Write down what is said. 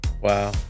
Wow